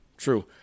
True